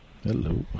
Hello